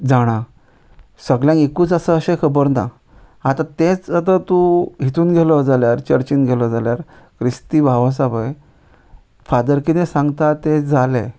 जाणा सगळ्यांक एकूच आसा अशें खबर ना आतां तेंच आतां तूं हितून गेलो जाल्यार चर्चीन गेलो जाल्यार क्रिस्ति भाव आसा पय फादर कितें सांगता ते जाले